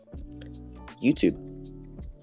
YouTube